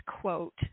quote